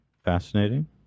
Fascinating